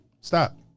stop